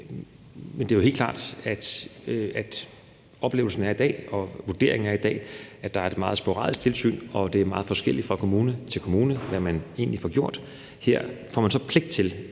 Men det er jo helt klart, at oplevelsen og vurderingen i dag er, at der er et meget sporadisk tilsyn, og at det er meget forskelligt fra kommune til kommune, hvad man egentlig får gjort. Her får man så pligt til